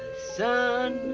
son,